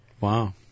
Wow